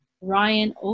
Ryan